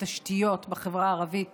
בתשתיות בחברה הערבית